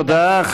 תודה.